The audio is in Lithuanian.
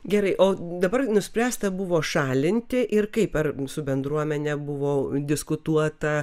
gerai o dabar nuspręsta buvo šalinti ir kaip ar su bendruomenė buvo diskutuota